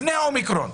לפני האומיקרון.